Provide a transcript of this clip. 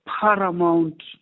paramount